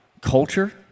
culture